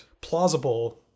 plausible